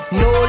no